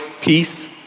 peace